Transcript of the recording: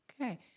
okay